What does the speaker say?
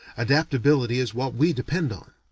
adaptability is what we depend on.